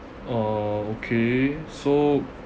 uh okay so